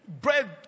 bread